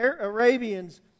Arabians